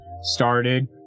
started